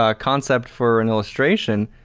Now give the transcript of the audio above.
ah concept for an illustration,